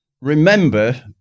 remember